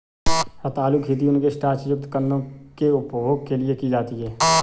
रतालू खेती उनके स्टार्च युक्त कंदों के उपभोग के लिए की जाती है